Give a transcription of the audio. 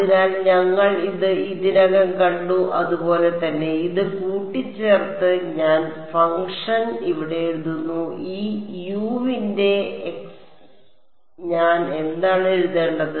അതിനാൽ ഞങ്ങൾ ഇത് ഇതിനകം കണ്ടു അതുപോലെ തന്നെ ഇത് കൂട്ടിച്ചേർത്ത് ഞാൻ ഫംഗ്ഷൻ ഇവിടെ എഴുതുന്നു ഈ U ന്റെ x ഞാൻ എന്താണ് എഴുതേണ്ടത്